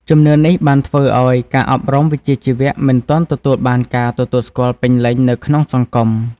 ជំនឿនេះបានធ្វើឱ្យការអប់រំវិជ្ជាជីវៈមិនទាន់ទទួលបានការទទួលស្គាល់ពេញលេញនៅក្នុងសង្គម។